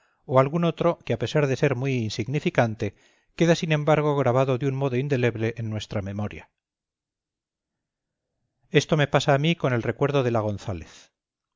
o algún otro que a pesar de ser muy insignificante queda sin embargo grabado de un modo indeleble en nuestra memoria esto me pasa a mí con el recuerdo de la gonzález